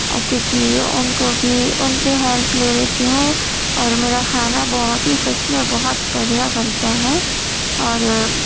okay کہ ان کو بھی ان سے ہیلپ لی لیتی ہوں اور میرا کھانا بہت ہی سچ میں بہت بڑھیا بنتا ہے اور